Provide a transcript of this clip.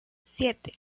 siete